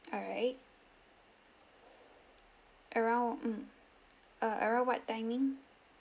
alright around mm uh around what timing